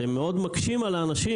אתם מאוד מקשים על האנשים,